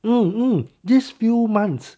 嗯嗯 these few months